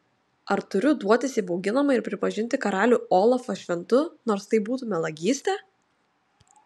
ar turiu duotis įbauginama ir pripažinti karalių olafą šventu nors tai būtų melagystė